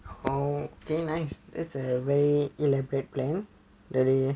okay nice that's a very elaborate plan delay